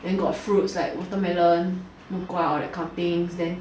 then got fruits like watermelon 木瓜 or that kind of things then